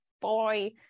boy